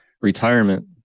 Retirement